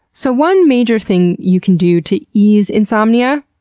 so one major thing you can do to ease insomnia,